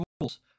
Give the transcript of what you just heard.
rules